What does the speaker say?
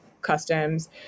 customs